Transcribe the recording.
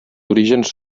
orígens